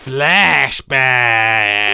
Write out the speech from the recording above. Flashback